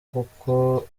kuko